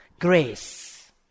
Grace